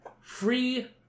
free